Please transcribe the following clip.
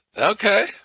Okay